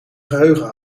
geheugen